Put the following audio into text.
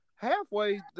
Halfway